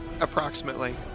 approximately